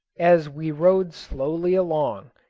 as we rode slowly along,